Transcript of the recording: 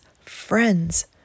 friends